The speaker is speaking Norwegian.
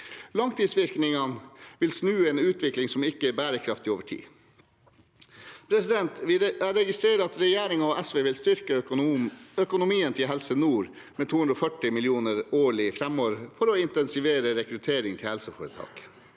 Langtidsvirkningene vil snu en utvikling som ikke er bærekraftig over tid. Jeg registrerer at regjeringen og SV vil styrke økonomien til Helse nord med 240 mill. kr årlig framover for å intensivere rekrutteringen til helseforetaket.